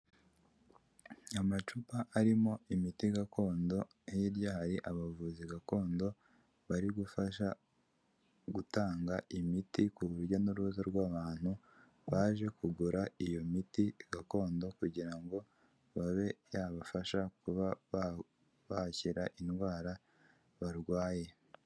Amacupa arimo imiti gakondo, hirya hari abavuzi gakondo bari gufasha gutanga imiti ku rujya n'uruza rw'abantu baje kugura iyo miti gakondo kugira ngo babe yabafasha kubakira indwara barwaye.